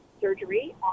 surgery